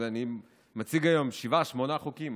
אני מציג היום שבעה-שמונה חוקים.